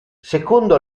secondo